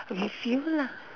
with him lah